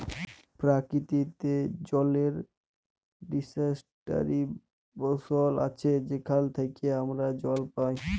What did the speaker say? পরকিতিতে জলের ডিস্টিরিবশল আছে যেখাল থ্যাইকে আমরা জল পাই